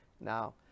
Now